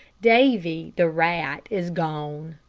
davy, the rat, is gone,